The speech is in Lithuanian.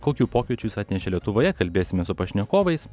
kokių pokyčių jis atnešė lietuvoje kalbėsime su pašnekovais